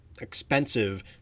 expensive